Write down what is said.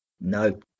No